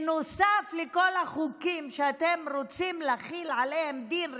נוסף לכל החוקים שאתם רוצים להחיל עליהם דין רציפות,